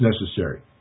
necessary